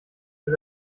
für